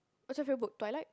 where should you go toilet